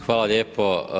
Hvala lijepo.